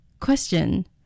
Question